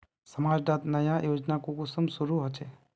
समाज डात नया योजना कुंसम शुरू होछै?